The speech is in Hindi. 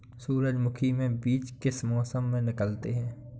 सूरजमुखी में बीज किस मौसम में निकलते हैं?